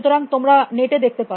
সুতরাং তোমরা নেট এ দেখতে পার